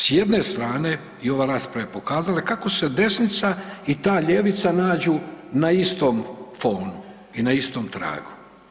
S jedne strane i ova rasprava je pokazala kako se desnica i ta ljevica nađu na istom fonu i na istom tragu.